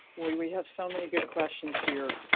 we we have so many good questions here